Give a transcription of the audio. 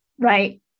Right